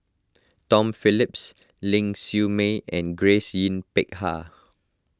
Tom Phillips Ling Siew May and Grace Yin Peck Ha